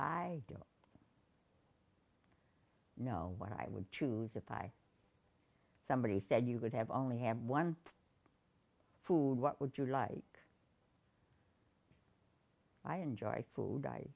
i don't know what i would choose the pie somebody said you would have only had one food what would you like i enjoy food i